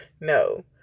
No